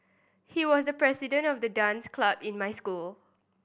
he was the president of the dance club in my school